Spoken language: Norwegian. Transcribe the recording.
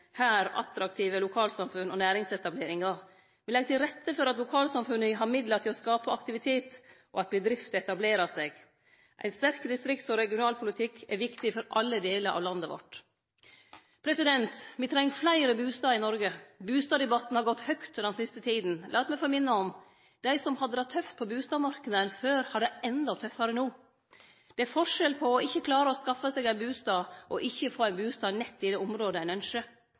attraktive lokalsamfunn og næringsetableringar. Me legg til rette for at lokalsamfunna har midlar til å skape aktivitet, og at bedrifter etablerer seg. Ein sterk distrikts- og regionalpolitikk er viktig for alle delar av landet vårt. Me treng fleire bustader i Noreg. Bustaddebatten har gått høgt den siste tida. Lat meg få minne om at dei som hadde det tøft på bustadmarknaden før, har det endå tøffare no. Det er forskjell på ikkje å klare å skaffe seg ein bustad og ikkje å få ein bustad i nett det området ein